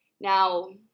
Now